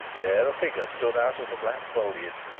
there a figure stood out of the black foliage,